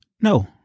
No